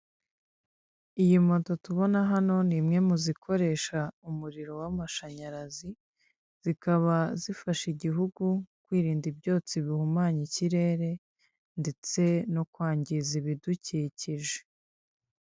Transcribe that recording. Iyi moto tubona hano ni imwe mu zikoresha umuriro w'amashanyarazi zikaba zifasha igihugu kwirinda ibyotsi bihumanya ikirere ndetse no kwangiza ibidukikije.